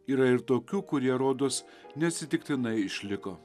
yra ir tokių kurie rodos neatsitiktinai išliko